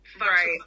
Right